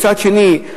מצד שני,